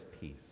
peace